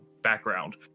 background